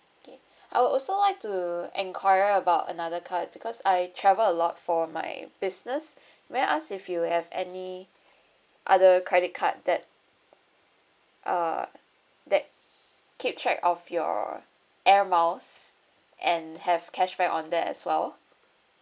okay I would also like to inquire about another card because I travel a lot for my business may I ask if you have any other credit card that uh that keep track of your air miles and have cashback on that as well